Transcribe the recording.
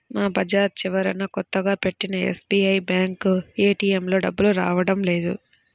మా బజారు చివరన కొత్తగా పెట్టిన ఎస్బీఐ బ్యేంకు ఏటీఎంలో డబ్బులు రావడం లేదు